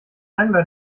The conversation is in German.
angler